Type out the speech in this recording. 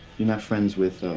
you're not friends with